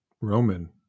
Roman